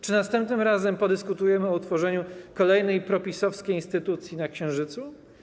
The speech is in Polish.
Czy następnym razem podyskutujemy o utworzeniu kolejnej pro-PiS-owskiej instytucji na Księżycu?